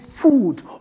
food